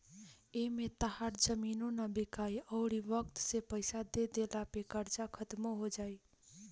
एमें तहार जमीनो ना बिकाइ अउरी वक्त से पइसा दे दिला पे कर्जा खात्मो हो जाई